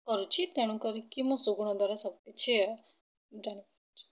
କରୁଛି ତେଣୁକରିକି ମୁଁ ସୁଗୁଣ ଦ୍ୱାରା ସବୁକିଛି ଜାଣିପାରୁଛି